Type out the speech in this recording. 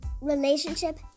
relationship